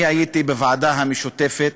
אני הייתי בוועדה המשותפת,